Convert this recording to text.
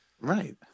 Right